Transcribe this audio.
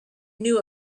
knew